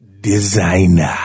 designer